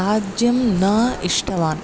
राज्यं न इष्टवान्